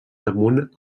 damunt